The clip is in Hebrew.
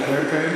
על הקרן